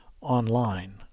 online